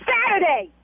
Saturday